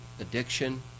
Addiction